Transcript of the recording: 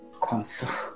console